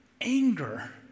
Anger